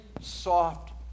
soft